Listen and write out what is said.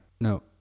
No